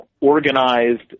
organized